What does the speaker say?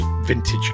vintage